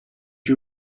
you